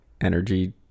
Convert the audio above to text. energy